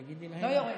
שוב,